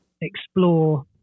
explore